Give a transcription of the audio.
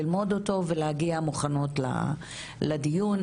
ללמוד אותו ולהגיע מוכנות לדיון,